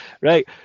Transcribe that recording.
right